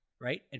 right